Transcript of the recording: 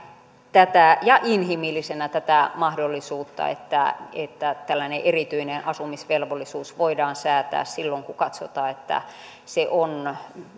ja inhimillisenä tätä mahdollisuutta että että tällainen erityinen asumisvelvollisuus voidaan säätää silloin kun katsotaan että se on